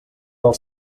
del